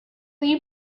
you